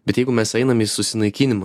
bet jeigu mes einam į susinaikinimą